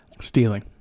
stealing